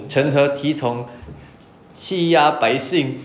成何体统欺压百姓